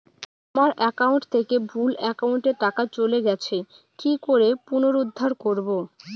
আমার একাউন্ট থেকে ভুল একাউন্টে টাকা চলে গেছে কি করে পুনরুদ্ধার করবো?